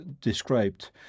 described